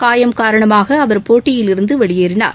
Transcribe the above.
காயம் காரணமாக அவர் போட்டியிலிருந்து வெளியேறினார்